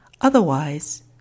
Otherwise